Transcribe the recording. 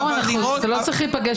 לא צריך להיפגש